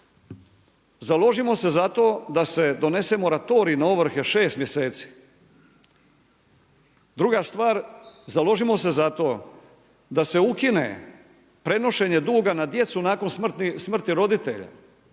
založimo se za to da se donese moratorij na ovrhe 6 mjeseci. Druga stvar, založimo se za to da se ukine prenošenje duga na djecu nakon smrti roditelja.